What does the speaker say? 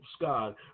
God